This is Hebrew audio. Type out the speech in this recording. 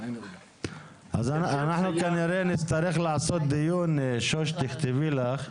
אנחנו כנראה נצטרך לעשות דיון, שוש תכתבי לך.